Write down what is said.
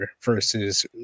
Versus